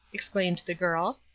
exclaimed the girl.